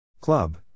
Club